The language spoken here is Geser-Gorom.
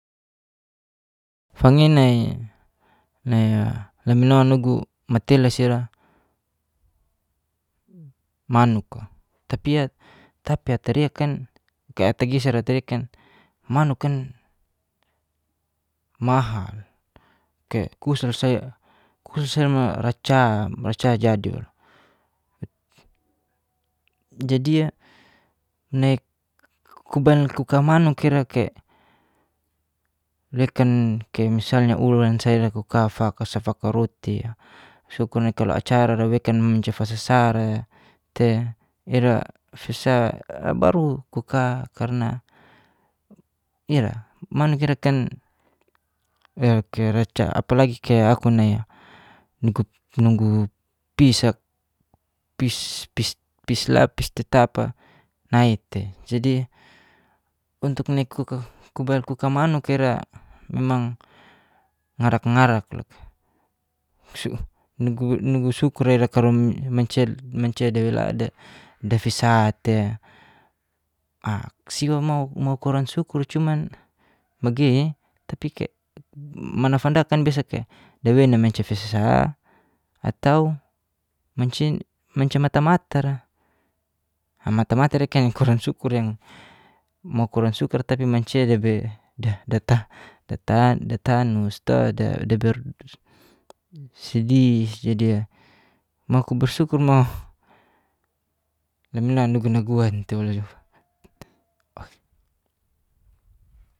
Fangi nai nai a la mino nugu matelas ira manuk a, tapia tapi atariakan kaya ata geser a atariakan manukan mahal, kaya kusa sai kusa sai mo raca raca jadi waluk. Jadia, nai kubail ku kamanuk ira ke' lekan ke' misalnya ulan sa ira ku ka fakasa fakaroti, sukur anai ka lo acara ra wekan mancia fasasa ra te ira fisa baru ku ka karna ira manuk ira kan e kaya raca apalagi kaya aku nai a nugu nugu pis a pis pis pis la pis tetap a nai tei. Jadi untuk nai ku ka ku kubail ku ka manuk a ira memang ngarak ngarak loka. Su nugu nugu sukur ra ira karo mancia mancia dawela dafisa te a siwa mau mau kuworan sukur cuman megei e tapi ke' manafandakan biasa kaya dawei nai mancia fisasa atau mancia mancia matamata ra. Matamata irakan kurang sukur yang mau kuworan sukur tapi mancia dabei da da tah da ta da tanus to da ber sedih. Jadia, mau kubersukur mo lamino nugu naguan tei